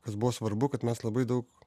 kas buvo svarbu kad mes labai daug